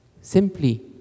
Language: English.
Simply